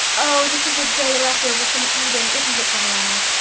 oh, this is a day left over from eden, isn't it, diana.